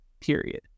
period